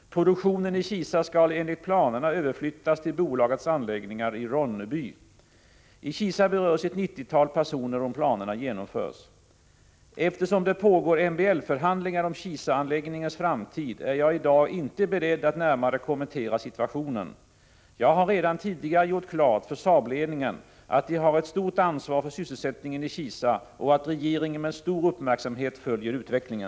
Produktionen i Kisa skall enligt planerna överflyttas till bolagets anläggningar i Ronneby. I Kisa berörs ett 90-tal personer, om planerna genomförs. Eftersom det pågår MBL-förhandlingar om Kisa-anläggningens framtid är jag i dag inte beredd att närmare kommentera situationen. Jag har redan tidigare gjort klart för Saabledningen att den har ett stort ansvar för sysselsättningen i Kisa och att regeringen med stor uppmärksamhet följer utvecklingen.